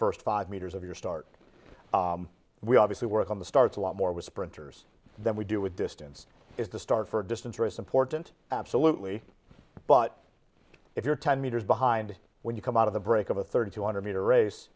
first five meters of your start we obviously work on the stars a lot more with sprinters than we do with distance is the start for a distance race important absolutely but if you're ten metres behind when you come out of the break of a thirty two hundred meter race